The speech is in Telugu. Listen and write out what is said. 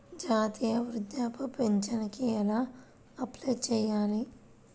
జాతీయ వృద్ధాప్య పింఛనుకి ఎలా అప్లై చేయాలి?